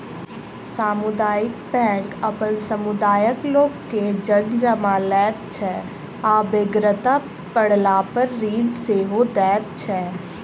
सामुदायिक बैंक अपन समुदायक लोक के धन जमा लैत छै आ बेगरता पड़लापर ऋण सेहो दैत छै